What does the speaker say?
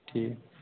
ٹھیٖک